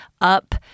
up